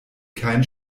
kein